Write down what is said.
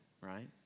right